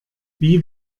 wie